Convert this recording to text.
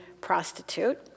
prostitute